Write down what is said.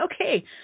okay